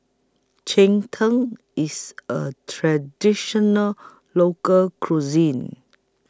Cheng Tng IS A Traditional Local Cuisine